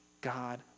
God